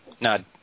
No